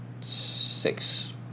six